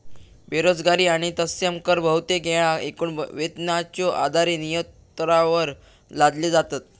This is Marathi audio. बेरोजगारी आणि तत्सम कर बहुतेक येळा एकूण वेतनाच्यो आधारे नियोक्त्यांवर लादले जातत